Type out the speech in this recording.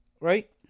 Right